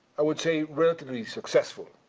i would say, relatively successful.